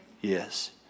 Yes